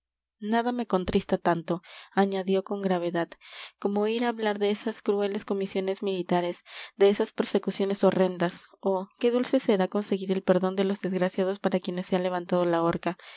nada me contrista tanto añadió con gravedad como oír hablar de esas crueles comisiones militares de esas persecuciones horrendas oh qué dulce será conseguir el perdón de los desgraciados para quienes se ha levantado la horca